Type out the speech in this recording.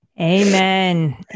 Amen